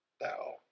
thou